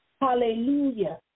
Hallelujah